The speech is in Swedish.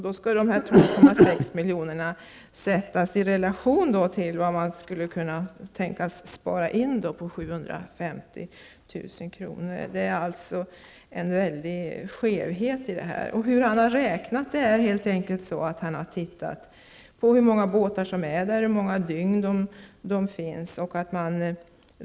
Dessa 12,6 miljoner skall då sättas i relation till vad man skulle kunna spara med 750 000 kr. Här finns alltså en stor skevhet. Denne turistchef har helt enkelt räknat hur många båtar som finns på Vänern och hur många dygn de är där.